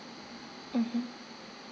mmhmm